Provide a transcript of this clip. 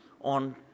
on